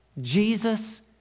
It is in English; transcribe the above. Jesus